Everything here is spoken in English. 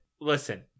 Listen